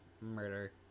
Murder